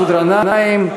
תודה לחבר הכנסת מסעוד גנאים.